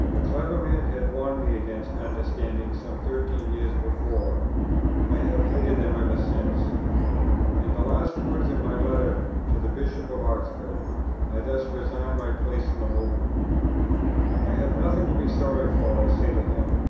a clever man had warned me against understandings some thirteen years before i have hated them ever since. in the last words of my letter to the bishop of oxford i thus resigned my place in the movement i have nothing to be sorry for, i say to him,